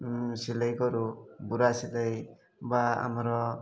ସିଲେଇ କରୁ ବୁରା ସିଲେଇ ବା ଆମର